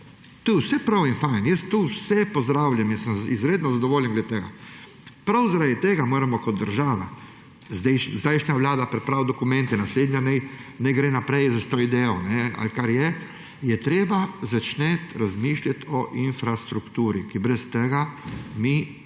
To je vse lepo in fino, vse to pozdravljam, jaz sem izredno zadovoljen glede tega. Prav zaradi tega moramo kot država, sedanja vlada, pripraviti dokumente, naslednja naj gre naprej s to idejo ali kar je. Treba je začeti razmišljati o infrastrukturi, ker brez tega mi